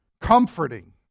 comforting